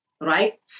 right